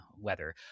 weather